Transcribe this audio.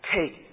Take